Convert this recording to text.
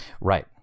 Right